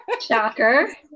shocker